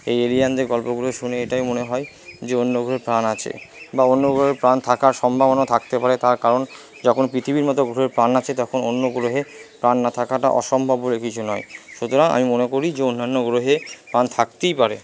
এই এলিয়েনদের গল্পগুলো শুনে এটাই মনে হয় যে অন্য গ্রহে প্রাণ আছে বা অন্য গ্রহেও প্রাণ থাকার সম্ভাবনা থাকতে পারে তার কারণ যখন পৃথিবীর মতো গ্রহে প্রাণ আছে তখন অন্য গ্রহে প্রাণ না থাকাটা অসম্ভব বলে কিছু নয় সুতরাং আমি মনে করি যে অন্যান্য গ্রহে প্রাণ থাকতেই পারে